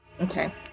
Okay